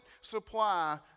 supply